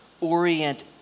orient